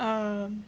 um